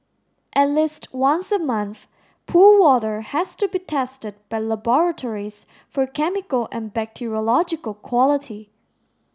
at least once a month pool water has to be tested by laboratories for chemical and bacteriological quality